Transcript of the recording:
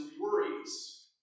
worries